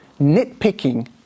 nitpicking